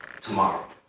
tomorrow